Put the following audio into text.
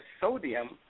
sodium